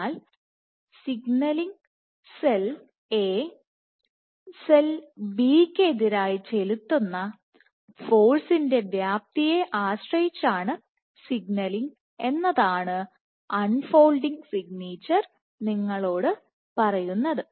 അതിനാൽ signalling cell A cell B യ്ക്ക് എതിരായി ചെലുത്തുന്ന ഫോഴ്സിൻറെ വ്യാപ്തിയെ ആശ്രയിച്ചാണ് സിഗ്നലിങ് എന്നതാണ് അൺ ഫോൾഡിങ് സിഗ്നേച്ചർ നിങ്ങളോട്പറയുന്നത്